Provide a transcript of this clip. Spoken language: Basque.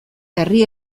herri